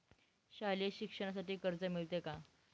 शालेय शिक्षणासाठी कर्ज मिळते का?